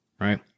right